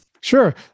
Sure